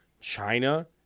China